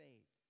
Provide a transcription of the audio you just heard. Faith